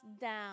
down